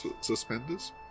suspenders